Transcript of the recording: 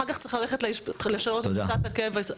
אחר כך צריך ללכת לשנות את שיטת ה-CUP.